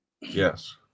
Yes